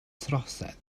trosedd